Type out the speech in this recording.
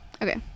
Okay